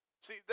See